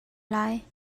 lai